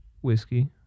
whiskey